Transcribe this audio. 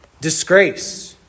disgrace